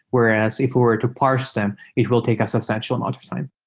whereas if we were to parse them, it will take us an essential amount of time.